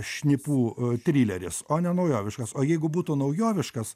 šnipų trileris o ne naujoviškas o jeigu būtų naujoviškas